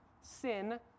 sin